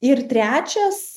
ir trečias